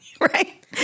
Right